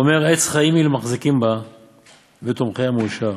ואומר 'עץ חיים היא למחזיקים בה ותמכיה מאשר',